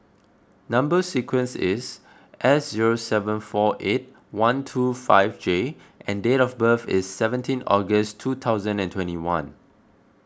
Number Sequence is S zero seven four eight one two five J and date of birth is seventeen August two thousand and twenty one